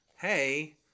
hey